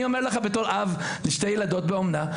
אני אומר לך בתור אב לשתי ילדות באומנה.